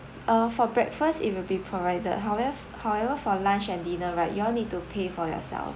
uh for breakfast it will be provided howev~ however for lunch and dinner right you all need to pay for yourselves